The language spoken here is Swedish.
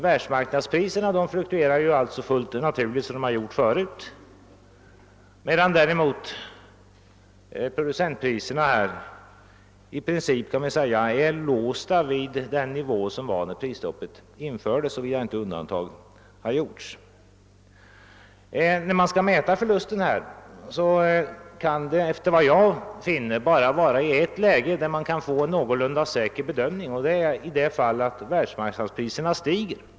Världsmarknadspriserna fluktuerar helt naturligt såsom tidigare, medan däremot producentpriserna i princip är låsta vid den nivå som rådde när prisstoppet infördes, såvida inte något undantag har gjorts. Skall man mäta förlusten finns det, enligt vad jag kan finna, endast ett läge, där man kan få en någorlunda säker bedömning, nämligen när världsmarknadspriserna stiger.